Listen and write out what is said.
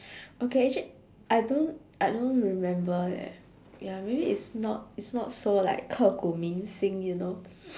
okay actually I don't I don't remember leh ya maybe it's not it's not so like 刻骨铭心 you know